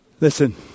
Listen